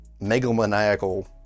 megalomaniacal